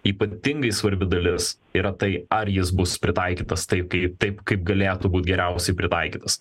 ypatingai svarbi dalis yra tai ar jis bus pritaikytas taip kai taip kaip galėtų būti geriausiai pritaikytas